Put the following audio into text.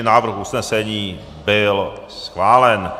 Návrh usnesení byl schválen.